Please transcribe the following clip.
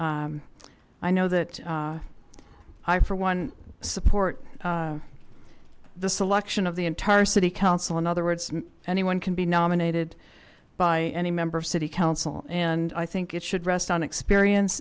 i know that i for one support the selection of the entire city council in other words anyone can be nominated by any member of city council and i think it should rest on experience